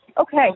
Okay